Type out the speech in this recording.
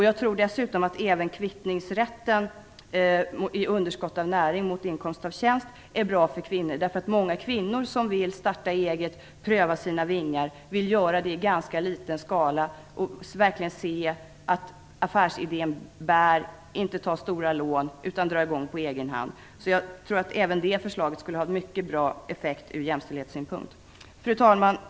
Jag tror dessutom att rätten till kvittning av underskott i näring mot inkomst av tjänst är bra för kvinnor, därför att många kvinnor som vill starta eget och pröva sina vingar vill göra det i ganska liten skala och verkligen se att affärsidén bär. De vill inte ta stora lån utan dra i gång på egen hand. Jag tror att det förslaget skulle ha mycket bra effekt även ur jämställdhetssynpunkt. Fru talman!